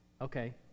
Okay